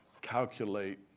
calculate